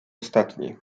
ostatni